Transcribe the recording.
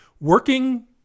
working